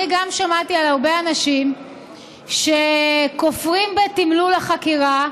אני שמעתי על הרבה אנשים שכופרים בתמלול החקירה